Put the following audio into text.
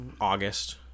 August